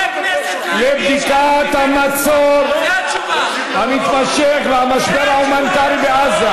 לבדיקת המצור המתמשך והמשבר ההומניטרי על עזה.